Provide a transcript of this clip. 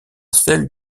celle